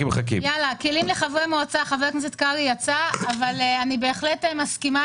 כלים לחברי מועצה: חבר הכנסת קרעי יצא אבל אני בהחלט מסכימה